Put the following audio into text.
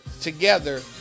together